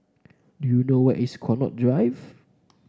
do you know where is Connaught Drive